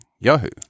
Yahoo